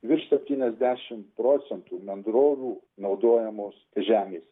virš septyniasdešim procentų bendrovių naudojamos žemės